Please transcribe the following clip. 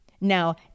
Now